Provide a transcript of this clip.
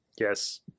Yes